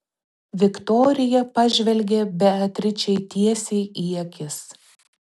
viktorija pažvelgė beatričei tiesiai į akis